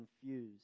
confused